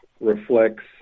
reflects